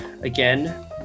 again